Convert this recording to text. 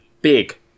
big